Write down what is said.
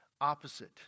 opposite